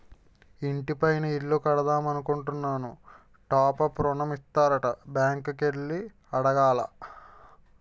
ఇంటి పైన ఇల్లు కడదామనుకుంటున్నాము టాప్ అప్ ఋణం ఇత్తారట బ్యాంకు కి ఎల్లి అడగాల